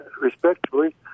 respectively